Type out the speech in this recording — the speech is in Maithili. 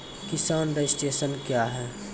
किसान रजिस्ट्रेशन क्या हैं?